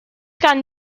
can